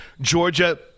Georgia